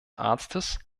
arztes